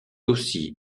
aussi